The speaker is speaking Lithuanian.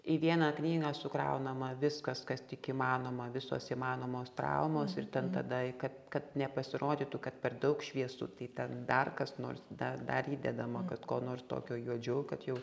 į vieną knygą sukraunama viskas kas tik įmanoma visos įmanomos traumos ir ten tada kad kad nepasirodytų kad per daug šviesu tai ten dar kas nors da dar įdedama kad ko nors tokio juodžiau kad jau